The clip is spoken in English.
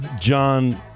John